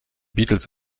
beatles